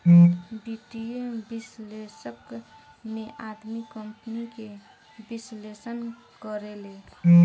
वित्तीय विश्लेषक में आदमी कंपनी के विश्लेषण करेले